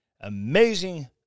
amazing